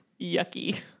yucky